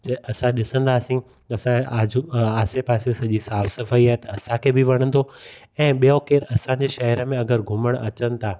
असां ॾिसंदासीं असांजे आजू आसे पासे सॼी साफ़ु सफ़ाई आहे त असांखे बि वणंदो ऐं ॿियो केरु असांजे शहर में अगरि घुमणु अचनि था